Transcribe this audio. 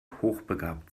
hochbegabt